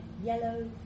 Yellow